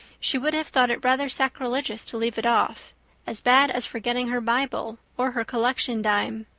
she would have thought it rather sacrilegious to leave it off as bad as forgetting her bible or her collection dime.